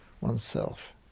oneself